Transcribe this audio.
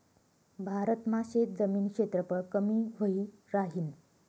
भारत मा शेतजमीन क्षेत्रफळ कमी व्हयी राहीन